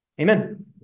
amen